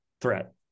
threat